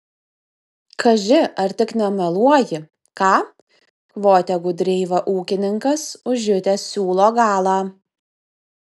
kaži ar tik nemeluoji ką kvotė gudreiva ūkininkas užjutęs siūlo galą